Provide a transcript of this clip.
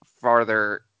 farther